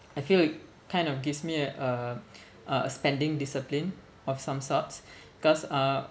I feel it kind of gives me a a a spending discipline of some sorts because uh